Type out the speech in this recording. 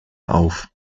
auf